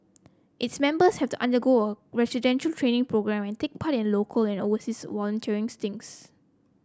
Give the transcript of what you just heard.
its members have to undergo residential training program and take part in local and overseas volunteering stints